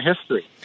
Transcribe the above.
history